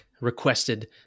requested